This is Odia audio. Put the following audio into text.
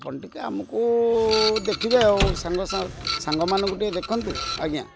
ଆପଣ ଟିକେ ଆମକୁ ଦେଖିବେ ଆଉ ସାଙ୍ଗମାନଙ୍କୁ ଟିକେ ଦେଖନ୍ତୁ ଆଜ୍ଞା